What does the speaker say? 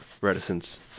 reticence